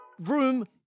room